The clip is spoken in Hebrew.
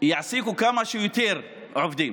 יעסיקו כמה שיותר עובדים.